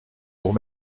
pour